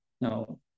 No